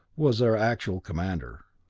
was their actual commander.